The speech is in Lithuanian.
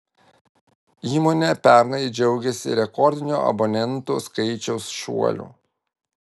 įmonė pernai džiaugėsi rekordiniu abonentų skaičiaus šuoliu